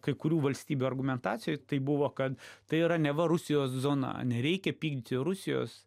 kai kurių valstybių argumentacijoj tai buvo kad tai yra neva rusijos zona nereikia pykdyti rusijos